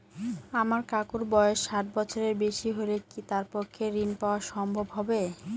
আমার কাকুর বয়স ষাট বছরের বেশি হলে কি তার পক্ষে ঋণ পাওয়া সম্ভব হবে?